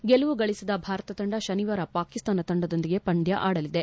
ಗೆಲುವು ಗಳಿಸಿದ ಭಾರತ ತಂಡ ಶನಿವಾರ ಪಾಕೀಸ್ಥಾನ ತಂಡದೊಂದಿಗೆ ಪಂದ್ಯ ಆಡಲಿದೆ